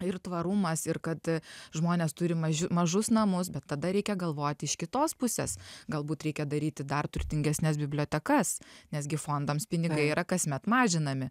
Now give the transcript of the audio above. ir tvarumas ir kad a žmonės turi mažiu mažus namus bet tada reikia galvoti iš kitos pusės galbūt reikia daryti dar turtingesnes bibliotekas nes gi fondams pinigai yra kasmet mažinami